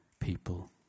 people